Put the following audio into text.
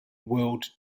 world